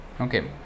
Okay